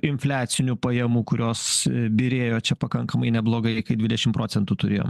infliacinių pajamų kurios byrėjo čia pakankamai neblogai kai dvidešimt procentų turėjom